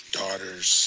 daughters